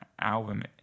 album